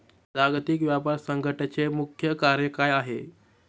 जागतिक व्यापार संघटचे मुख्य कार्य काय आहे?